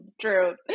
true